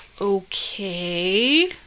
Okay